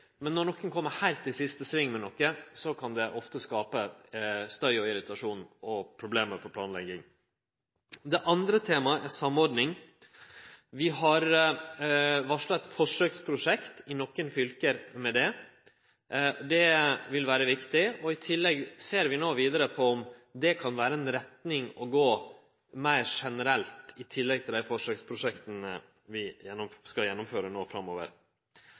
men når nokon kjem med noko heilt i siste sving, kan det ofte skape støy, irritasjon og problem for planlegging. Det andre temaet er samordning. Vi har varsla eit forsøksprosjekt i nokre fylke med det. Det vil vere viktig, og i tillegg ser vi no vidare på om det kan vere ei retning å gå i meir generelt, i tillegg til dei forsøksprosjekta vi skal gjennomføre no framover.